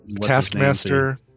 taskmaster